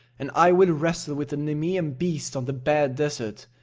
and i will wrestle with the nemean beast on the bare desert!